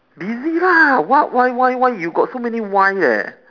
busy lah what why why why you got so many why eh